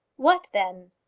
what then?